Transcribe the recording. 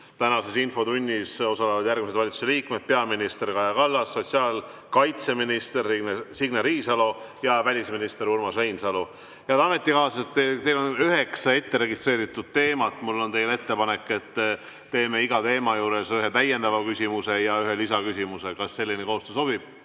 Tänases infotunnis osalevad järgmised valitsuse liikmed: peaminister Kaja Kallas, sotsiaalkaitseminister Signe Riisalo ja välisminister Urmas Reinsalu. Head ametikaaslased, meil on üheksa etteregistreeritud teemat. Mul on ettepanek, et teeme iga teema juures ühe täiendava küsimuse ja ühe lisaküsimuse. Kas selline koostöö sobib?